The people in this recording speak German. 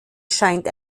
scheint